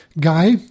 guy